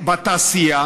בתעשייה